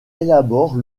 élabore